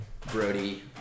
Brody